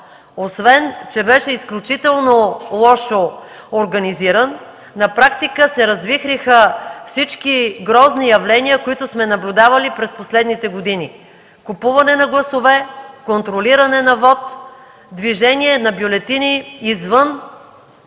Освен, че беше изключително лошо организиран, на практика се развихриха всички грозни явления, които сме наблюдавали през последните години – купуване на гласове, контролиране на вот, движение на бюлетини извън